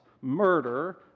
murder